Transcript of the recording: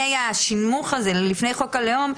לפני השנמוך הזה, לפי חוק הלאום,